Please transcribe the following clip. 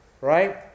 Right